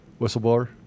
whistleblower